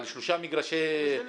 זה לחוד,